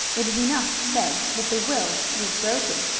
it is enough to say that the will was broken,